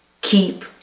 keep